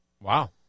Wow